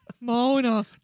Mona